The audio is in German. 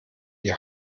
die